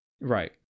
Right